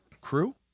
crew